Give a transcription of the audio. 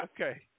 Okay